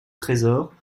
trésors